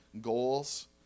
goals